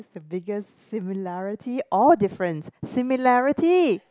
the biggest similarity or difference similarity